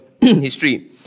history